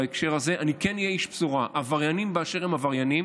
בהקשר הזה כן אהיה איש בשורה: עבריינים באשר הם עבריינים,